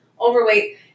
overweight